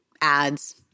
ads